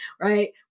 right